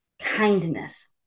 kindness